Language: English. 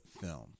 film